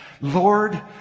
Lord